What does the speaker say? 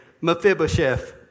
Mephibosheth